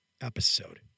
episode